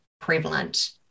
prevalent